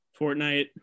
Fortnite